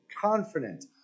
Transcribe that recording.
confident